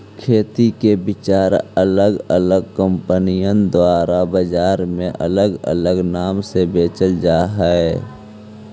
खेती के बिचा अलग अलग कंपनिअन द्वारा बजार में अलग अलग नाम से बेचल जा हई